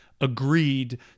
agreed